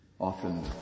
often